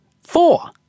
Four